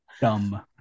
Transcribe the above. dumb